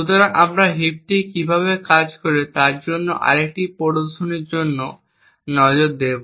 সুতরাং আমরা হিপটি কীভাবে কাজ করে তার জন্য আরেকটি প্রদর্শনের দিকে নজর দেব